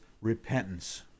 repentance